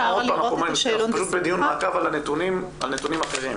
אנחנו פשוט בדיון מעקב על נתונים אחרים.